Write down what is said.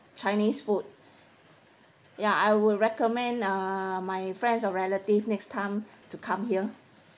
chinese food ya I would recommend uh my friends or relative next time to come here